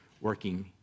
working